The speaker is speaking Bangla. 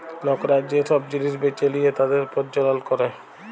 লকরা যে সব জিলিস বেঁচে লিয়ে তাদের প্রজ্বলল ক্যরে